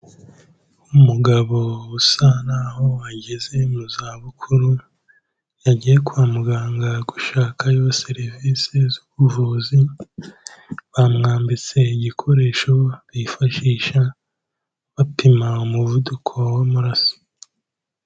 Umugabo usa naho ageze mu za bukuru yagiye kwa muganga gushakayo serivisi z'ubuvuzi bamwambitse igikoresho bifashisha bapima umuvuduko w'amaraso.